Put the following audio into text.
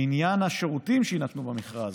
לעניין השירותים שיינתנו במכרז,